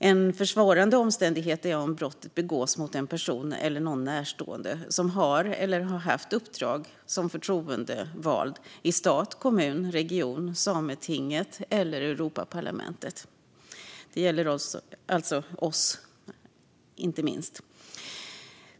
En försvårande omständighet är om brottet begås mot en person, eller dennes närstående, som har eller har haft uppdrag som förtroendevald i stat, kommun, region, Sametinget eller Europaparlamentet. Det gäller alltså inte minst oss riksdagsledamöter.